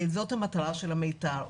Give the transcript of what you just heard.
זאת המטרה של המיתר.